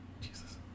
jesus